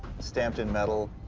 stamped in metal?